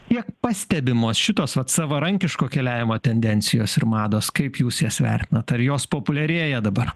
kiek pastebimos šitos vat savarankiško keliavimo tendencijos ir mados kaip jūs jas vertinat ar jos populiarėja dabar